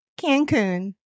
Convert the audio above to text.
Cancun